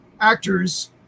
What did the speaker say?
actors